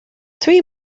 three